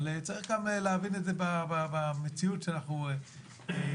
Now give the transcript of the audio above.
אבל צריך גם להבין את זה במציאות שאנחנו נמצאים,